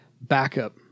backup